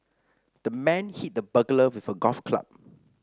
the man hit the burglar with a golf club